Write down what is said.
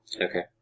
Okay